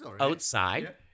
outside